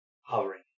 hovering